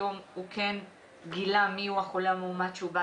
פתאום הוא כן גילה מי הוא החולה המאומת אתו הוא בא